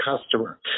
customer